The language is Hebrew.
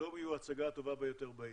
שלומי הוא ההצגה הטובה ביותר בעיר.